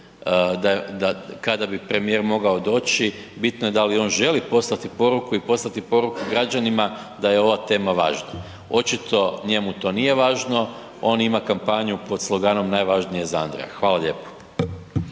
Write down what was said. da, kada bi premijer mogao doći, bitno je da li on želi poslati poruku i poslati poruku građanima da je ova tema važna. Očito njemu to nije važno, on ima kampanju pod sloganom „Najvažnije za Andreja“. Hvala lijepo.